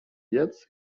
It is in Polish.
biec